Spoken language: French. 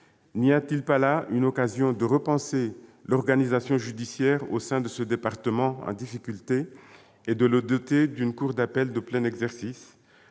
N'y a-t-il pas là une occasion de repenser l'organisation judiciaire au sein de ce département en difficulté et de le doter d'une cour d'appel de plein exercice ?